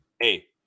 Hey